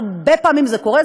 הרבה פעמים זה קורה,